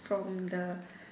from the